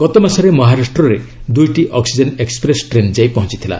ଗତ ମାସରେ ମହାରାଷ୍ଟ୍ରରେ ଦୁଇଟି ଅକ୍କିଜେନ୍ ଏକ୍କପ୍ରେସ୍ ଟ୍ରେନ୍ ଯାଇ ପହଞ୍ଚିଥିଲା